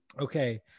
Okay